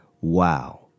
Wow